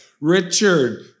Richard